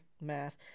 math